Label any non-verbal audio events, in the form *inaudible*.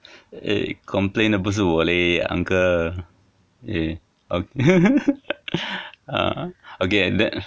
eh complain 的不是我勒 uncle eh o~ *laughs* ah okay